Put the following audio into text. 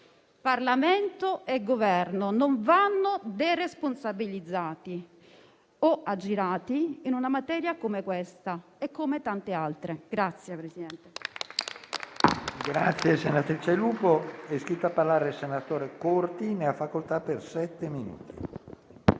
Parlamento e Governo non vanno deresponsabilizzati o aggirati su una materia come questa, come su tante altre.